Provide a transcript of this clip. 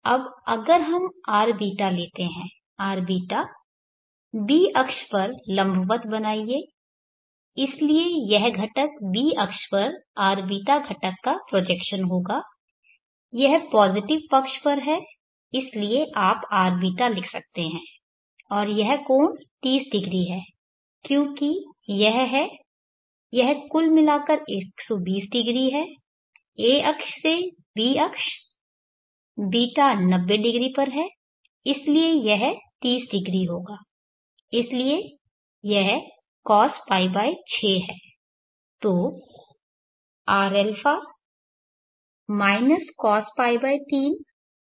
अब अगर हम rβ लेते हैं rβ b अक्ष पर लम्बवत बनाइये इसलिए यह घटक b अक्ष पर rβ घटक का प्रोजेक्शन होगा यह पॉजिटिव पक्ष पर है इसलिए आप rβ लिख सकते हैं और यह कोण 300 है क्योंकि यह है यह कुल मिलाकर 1200 है a अक्ष से b अक्ष β 900 पर है इसलिए यह 300 होगा इसलिए यह cosπ6 है